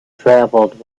travelled